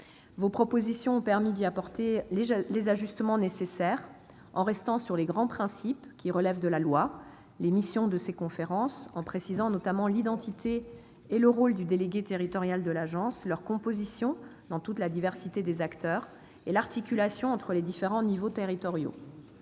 Vos propositions ont permis d'apporter les ajustements nécessaires, en conservant les grands principes relevant de la loi, à savoir les missions de ces conférences, en précisant notamment l'identité et le rôle du délégué territorial de l'Agence, leur composition dans toute la diversité des acteurs, et l'articulation entre les différents niveaux territoriaux.